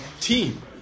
team